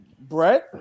Brett